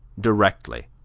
directly,